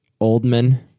Oldman